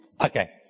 Okay